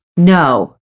No